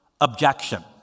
objection